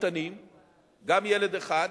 גם ילד אחד,